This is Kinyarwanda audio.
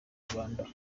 rwanda